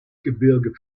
gebirge